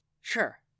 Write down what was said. Sure